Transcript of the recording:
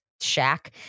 shack